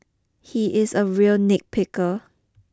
he is a real nitpicker